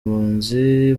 impunzi